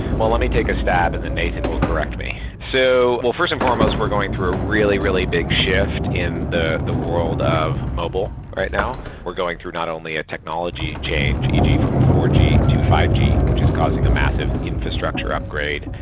well, let me take a stab and then nathan will correct me. so first and foremost, we're going through a really, really big shift in the the world of mobile right now. we're going through not only a technology change, e g. from four g to five g, which is causing a massive infrastructure upgrade,